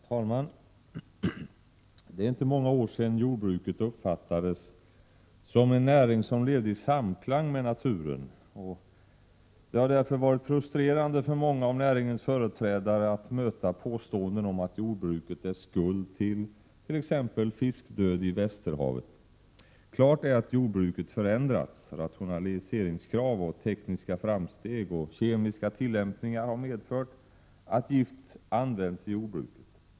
Herr talman! Det är inte många år sedan jordbruket uppfattades som en näring som levde i samklang med naturen. Det har därför varit frustrerande för många av näringens företrädare att möta påståenden om att jordbruket är skuld till t.ex. fiskdöd i Västerhavet. Klart är att jordbruket förändrats. Rationaliseringskrav, tekniska framsteg och kemiska tillämpningar har medfört att gift används i jordbruket.